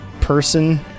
person